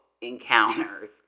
encounters